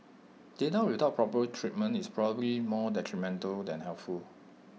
data without proper treatment is probably more detrimental than helpful